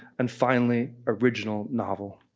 and finally, original novel.